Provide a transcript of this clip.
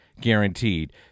guaranteed